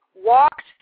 walked